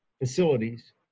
facilities